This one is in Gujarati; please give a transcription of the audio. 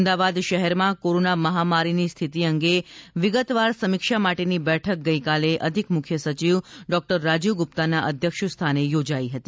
અમદાવાદ શહેરમાં કોરોના મહામારીની સ્થિતિ અંગે વિગતવાર સમીક્ષા માટેની બેઠક ગઈકાલે અધિક મુખ્ય સચિવ ડોકટર રાજીવ ગુપ્તાના અધ્યક્ષ સ્થાને યોજાઇ હતી